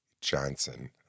Johnson